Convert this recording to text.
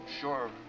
sure